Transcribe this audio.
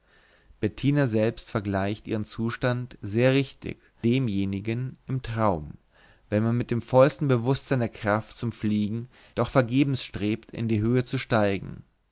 bettina selbst vergleicht ihren zustand sehr richtig demjenigen im traum wenn man mit dem vollsten bewußtsein der kraft zum fliegen doch vergebens strebt in die höhe zu steigen